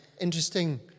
interesting